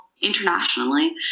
internationally